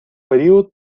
період